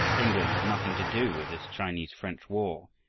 england had nothing to do with this chinese-french war,